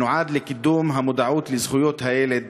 שנועד לקדם את המודעות לזכויות הילדים,